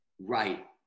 Right